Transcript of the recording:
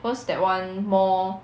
cause that [one] more